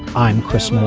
i'm chris ah